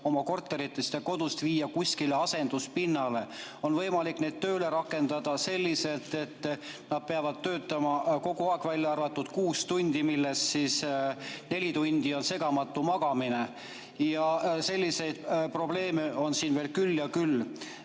oma korteritest ja kodust, viia kuskile asenduspinnale. On võimalik neid tööle rakendada selliselt, et nad peavad töötama kogu aeg, välja arvatud kuus tundi, millest neli tundi on segamatu magamine. Selliseid probleeme on siin veel küll ja küll.